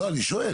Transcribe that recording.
לא, אני שואל.